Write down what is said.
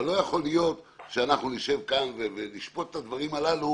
אבל לא יכול להיות שאנחנו נשב כאן ונשפוט את הדברים הללו